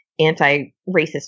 anti-racist